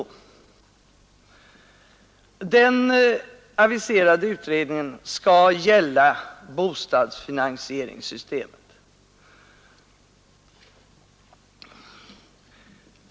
Den aviserade utredningen skall gälla bostadsfinansieringssystemet.